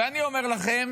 ואני אומר לכם,